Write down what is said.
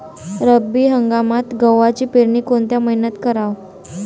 रब्बी हंगामात गव्हाची पेरनी कोनत्या मईन्यात कराव?